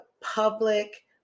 public